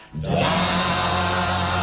die